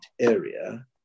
area